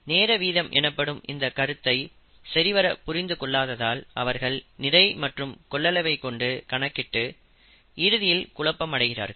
நேர வீதம் எனப்படும் இந்த கருத்தை சரிவர புரிந்து கொள்ளாததால் அவர்கள் நிறை மற்றும் கொள்ளளவை கொண்டு கணக்கிட்டு இறுதியில் குழப்பம் அடைகிறார்கள்